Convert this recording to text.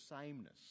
sameness